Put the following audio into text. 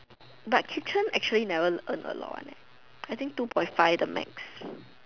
but kitchen actually never earn a lot one leh I think two point five the max